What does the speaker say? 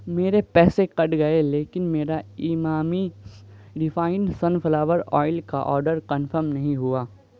میرے پیسے کٹ گئے لیکن میرا ایمامی ریفائنڈ سنفلاور آئل کا آرڈر کنفرم نہیں ہوا